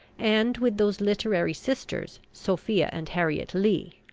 and with those literary sisters, sophia and harriet lee,